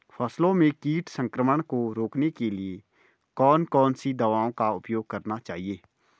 फसलों में कीट संक्रमण को रोकने के लिए कौन कौन सी दवाओं का उपयोग करना चाहिए?